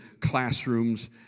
classrooms